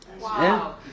Wow